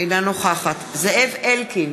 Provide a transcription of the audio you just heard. אינה נוכחת זאב אלקין,